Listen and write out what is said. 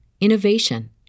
innovation